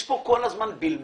יש פה כל הזמן בלבול.